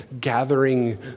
gathering